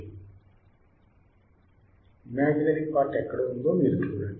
imaginary part ఎక్కడవుందో మీరు చూడండి